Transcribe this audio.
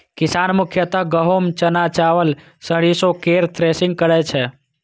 किसान मुख्यतः गहूम, चना, चावल, सरिसो केर थ्रेसिंग करै छै